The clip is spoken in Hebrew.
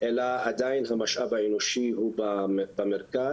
אלא עדיין המשאב האנושי הוא במרכז.